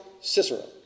Cicero